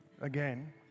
again